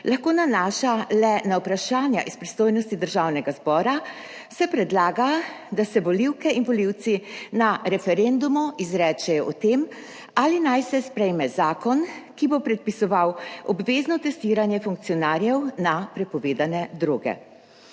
lahko nanaša le na vprašanja iz pristojnosti Državnega zbora, se predlaga, da se volivke in volivci na referendumu izrečejo o tem, ali naj se sprejme zakon, ki bo predpisoval obvezno testiranje funkcionarjev na prepovedane droge.